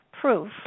proof